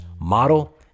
model